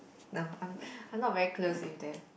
no I'm I'm not very close with them